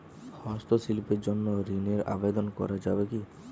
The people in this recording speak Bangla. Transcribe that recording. হস্তশিল্পের জন্য ঋনের আবেদন করা যাবে কি?